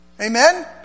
Amen